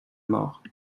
mort